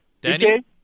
Danny